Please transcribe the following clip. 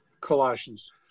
Colossians